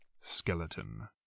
skeleton